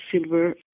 silver